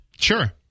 sure